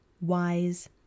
wise